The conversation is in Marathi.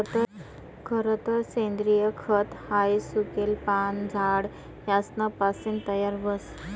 खरतर सेंद्रिय खत हाई सुकेल पाने, झाड यासना पासीन तयार व्हस